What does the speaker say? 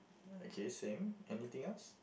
okay same anything else